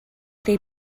they